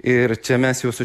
ir čia mes jau su